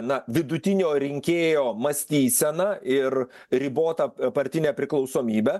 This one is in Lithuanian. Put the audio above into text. na vidutinio rinkėjo mąstyseną ir ribotą partinę priklausomybę